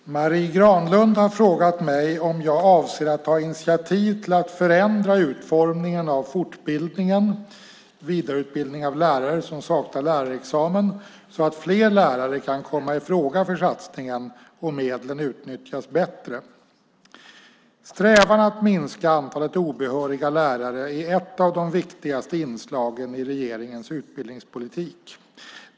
Fru talman! Marie Granlund har frågat mig om jag avser att ta initiativ till att förändra utformningen av fortbildningen, vidareutbildning av lärare som saknar lärarexamen, så att fler lärare kan komma i fråga för satsningen och medlen utnyttjas bättre. Strävan att minska antalet obehöriga lärare är ett av de viktigaste inslagen i regeringens utbildningspolitik.